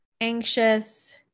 anxious